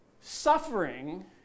suffering